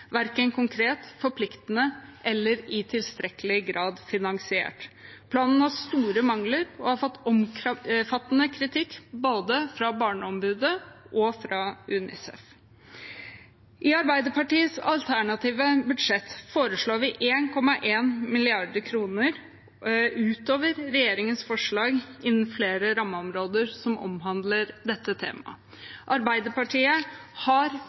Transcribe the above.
verken konkret, forpliktende eller i tilstrekkelig grad finansiert. Planen har store mangler og har fått omfattende kritikk både fra Barneombudet og fra UNICEF. I Arbeiderpartiets alternative budsjett foreslår vi 1,1 mrd. kr ut over regjeringens forslag innenfor flere rammeområder som omhandler dette temaet. Arbeiderpartiet har